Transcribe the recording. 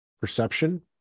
perception